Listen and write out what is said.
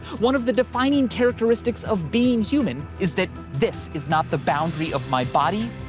one of the defining characteristics of being human is that this is not the boundary of my body.